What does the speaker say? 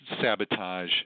sabotage